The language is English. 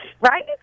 Right